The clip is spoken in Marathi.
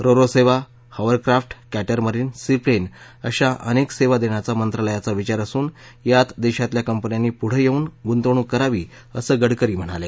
रोरो सेवाहॉवरक्राफ्ट क्टिश्मरीन सी प्लेन अशा अनेक सेवा देण्याचा मंत्रालयाचा विचार असून यात देशातल्या कंपन्यांनी पुढं येऊन गुंतवणूक करावी असं गडकरी म्हणाले